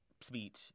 speech